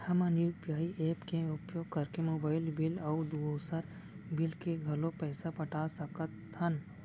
हमन UPI app के उपयोग करके मोबाइल बिल अऊ दुसर बिल के घलो पैसा पटा सकत हन